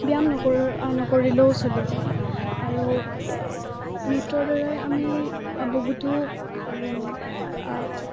ব্যায়াম নকৰিলেও চলি যায় আৰু নৃত্যৰ দ্বাৰাই আমি বহুতো